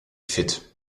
fit